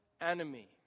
enemy